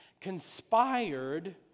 conspired